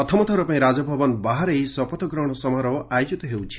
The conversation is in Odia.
ପ୍ରଥମ ଥରପାଇଁ ରାଜଭବନ ବାହାରେ ଏହି ଶପଥ ଗ୍ରହଶ ସମାରୋହ ଆୟୋଜିତ ହେଉଛି